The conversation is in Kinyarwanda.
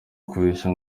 ukubeshya